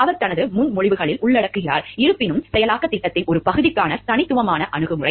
அவர் தனது முன்மொழிவுகளில் உள்ளடக்குகிறார் இருப்பினும் செயலாக்கத் திட்டத்தின் ஒரு பகுதிக்கான தனித்துவமான அணுகுமுறை